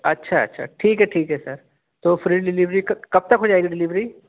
اچھا اچھا ٹھیک ہے ٹھیک ہے سر تو فری ڈیلیوری کب تک ہو جائے گی ڈیلیوری